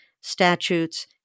statutes